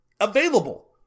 available